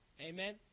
Amen